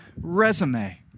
resume